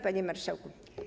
Panie Marszałku!